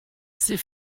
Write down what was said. ces